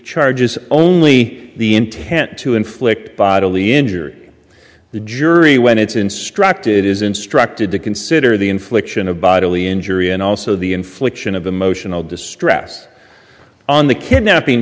charges only the intent to inflict bodily injury the jury when it's instructed is instructed to consider the infliction of bodily injury and also the infliction of emotional distress on the kidnapping